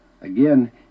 Again